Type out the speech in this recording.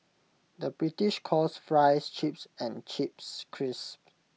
the British calls Fries Chips and Chips Crisps